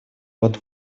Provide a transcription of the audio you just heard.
под